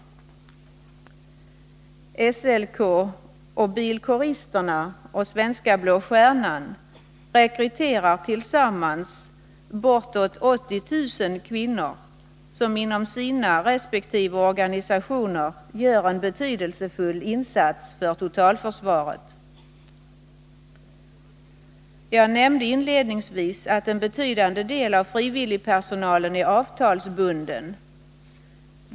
SLK, Bilkåristerna och Svenska blå stjärnan rekryterar tillsammans bortåt 80 000 kvinnor, som inom sina resp. organisationer gör en betydelsefull insats för totalförsvaret. Jag nämnde inledningsvis att en betydande del av frivilligpersonalen är avtalsbunden.